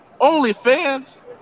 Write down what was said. OnlyFans